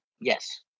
Yes